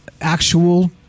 actual